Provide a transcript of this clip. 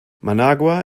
managua